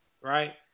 right